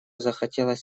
захотелось